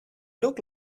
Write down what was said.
look